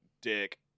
dick